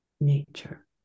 nature